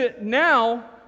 now